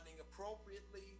appropriately